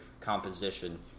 composition